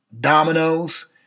dominoes